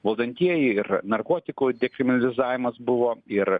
valdantieji ir narkotikų dekriminalizavimas buvo ir